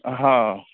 हँ